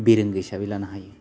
बिरोंगो हिसाबै लानो हायो